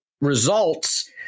results